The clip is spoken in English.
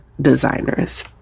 designers